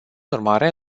urmare